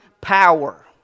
power